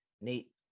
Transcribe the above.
nate